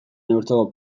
neurtzeko